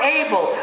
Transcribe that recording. able